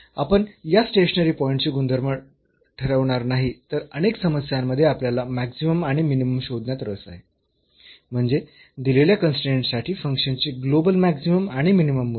आपण या stationary point चे गुणधर्म ठरवणार नाही तर अनेक समस्यांमध्ये आपल्याला मॅक्सिमम आणि मिनिमम शोधण्यात रस आहे म्हणजे दिलेल्या कन्स्ट्रेन्ट साठी फंक्शनचे ग्लोबल मॅक्सिमम आणि मिनिमम मूल्य